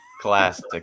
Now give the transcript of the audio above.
classic